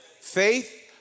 Faith